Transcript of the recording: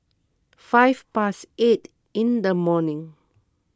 five past eight in the morning